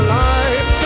life